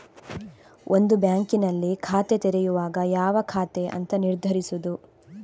ಒಂದು ಬ್ಯಾಂಕಿನಲ್ಲಿ ಖಾತೆ ತೆರೆಯುವಾಗ ಯಾವ ಖಾತೆ ಅಂತ ನಿರ್ಧರಿಸುದು